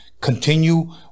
continue